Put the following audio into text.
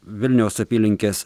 vilniaus apylinkės